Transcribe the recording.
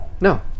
No